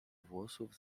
włosów